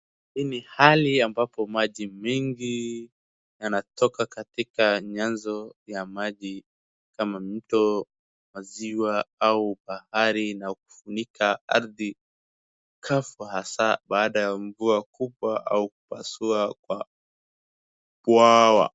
Hii ni hali ambapo maji mingi yanatoka katika nyanzo ya maji kama mto, maziwa au bahari na kufunika ardhi kafu hasaa baada ya mvua kubwa au kupasua kwa bwawa.